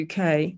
UK